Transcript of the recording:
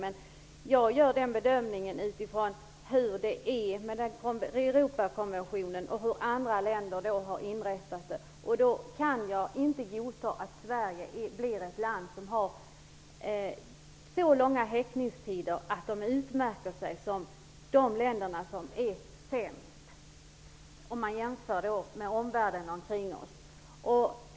Men jag gör min bedömning utifrån Europakonventionen och utifrån hur andra länder inrättat detta och jag kan inte godta att Sverige blir ett land med så långa häktningstider att Sverige utmärker sig som ett av de länder som är sämst jämfört med vår omvärld.